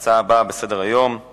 הנושא הבא בסדר-היום הוא